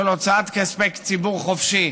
של הוצאת כספי ציבור חופשי.